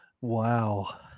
Wow